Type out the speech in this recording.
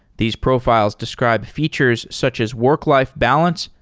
these profiles describe features such as work-life balance,